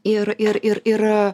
ir ir ir ir